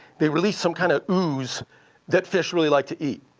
they release some kind of ooze that fish really like to eat.